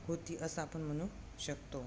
होती असं आपण म्हणू शकतो